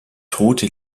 tote